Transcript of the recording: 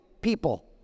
people